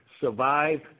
survive